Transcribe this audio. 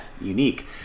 unique